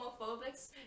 homophobics